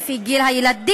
לפי גיל הילדים,